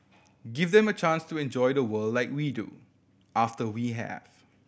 give them a chance to enjoy the world like we do after we have